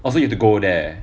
oh so you have to go there